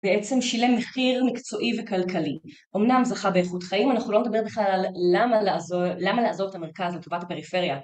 בעצם שילם מחיר מקצועי וכלכלי, אמנם זכה באיכות חיים, אנחנו לא נדבר בכלל על למה לעזוב את המרכז לטובת הפריפריה